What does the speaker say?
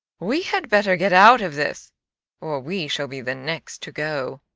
we had better get out of this or we shall be the next to go!